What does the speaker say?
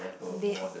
I'm dead